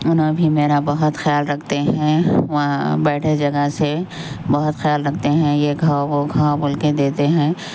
انہوں بھی میرا بہت خیال رکھتے ہیں وہاں بیٹھے جگہ سے بہت خیال رکھتے ہیں یہ کھاؤ وہ کھاؤ بول کے دیتے ہیں